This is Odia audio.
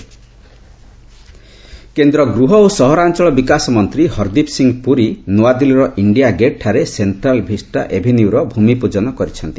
ସେଣ୍ଟ୍ରାଲ୍ ଭିସ୍ତା କେନ୍ଦ୍ର ଗୃହ ଓ ସହରାଞ୍ଚଳ ବିକାଶ ମନ୍ତ୍ରୀ ହରଦୀପ ସିଂହ ପୁରୀ ନୂଆଦିଲ୍ଲୀର ଇଣ୍ଡିଆ ଗେଟ୍ଠାରେ ସେଷ୍ଟ୍ରାଲ୍ ଭିସ୍ତା ଏଭିନ୍ୟୁର ଭୂମି ପୂଜନ କରିଛନ୍ତି